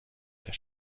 der